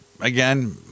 again